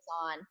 on